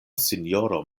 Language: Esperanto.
sinjoro